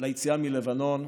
ליציאה מלבנון.